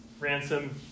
Ransom